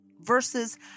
versus